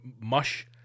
mush